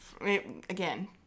Again